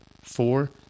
Four